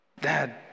Dad